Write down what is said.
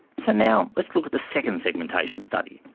so now let's look at the second segmentation study,